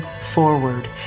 forward